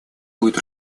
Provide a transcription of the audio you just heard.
будет